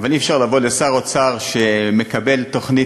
אבל אי-אפשר לבוא לשר אוצר שמקבל תוכנית